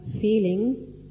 feeling